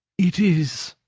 it is.